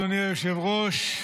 אדוני היושב-ראש,